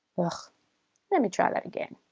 well let me try that again